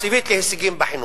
להישגים בחינוך.